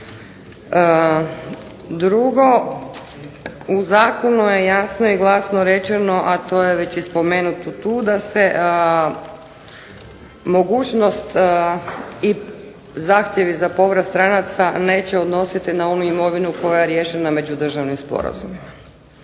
Drugo, u zakonu je jasno i glasno rečeno, a to je već i spomenuto tu da se mogućnost i zahtjevi za povrat stranaca neće odnositi na onu imovinu koja je riješena međudržavnim sporazumima.